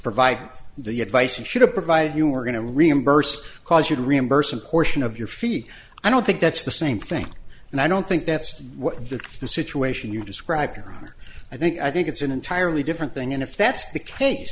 provide the advice and should have provided you we're going to reimburse cause you to reimburse a portion of your feet i don't think that's the same thing and i don't think that's what the the situation you describe your honor i think i think it's an entirely different thing and if that's the case